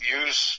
use